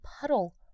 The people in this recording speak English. puddle